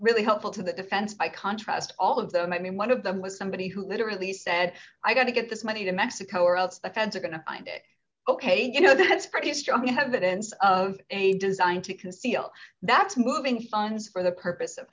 really helpful to the defense by contrast all of them i mean one of them was somebody who literally said i've got to get this money to mexico or else offense are going to i'm ok you know that's pretty strong evidence of a design to conceal that's moving funds for the purpose of